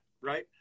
right